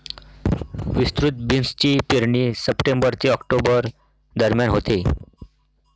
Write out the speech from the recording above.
विस्तृत बीन्सची पेरणी सप्टेंबर ते ऑक्टोबर दरम्यान होते